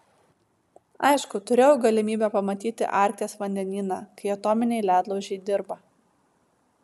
aišku turėjau galimybę pamatyti arkties vandenyną kai atominiai ledlaužiai dirba